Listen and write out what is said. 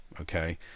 Okay